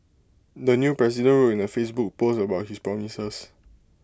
the new president wrote in A Facebook post about his promises